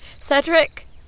Cedric